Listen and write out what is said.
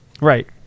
right